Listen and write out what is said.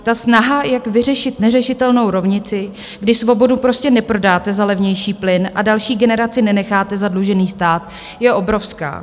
Ta snaha, jak vyřešit neřešitelnou rovnici, když svobodu prostě neprodáte za levnější plyn a další generaci nenecháte zadlužený stát, je obrovská.